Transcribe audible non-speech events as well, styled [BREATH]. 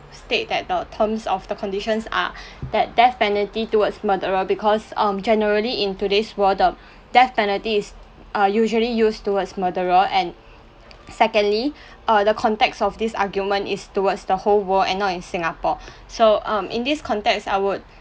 state that the terms of the conditions are that death penalty towards murderer because um generally in today's world the death penalties are usually used towards murderer and secondly [BREATH] uh the context of this argument is towards the whole world and not in singapore [BREATH] so um in this context I would